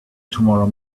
tomorrow